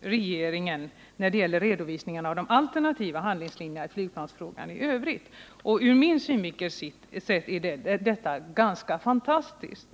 regeringen när det gäller redovisningen av de alternativa handlingslinjerna i flygplansfrågan i övrigt. Ur min synvinkel sett är detta ganska fantastiskt.